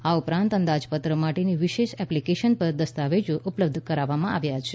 આ ઉપરાંત અંદાજપત્ર માટેની વિશેષ એપ્લિકેશન પર દસ્તાવેજો ઉપલબ્ધ કરવામાં આવ્યા છે